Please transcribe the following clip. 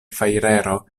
fajrero